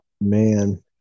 man